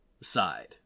side